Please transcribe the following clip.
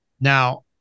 Now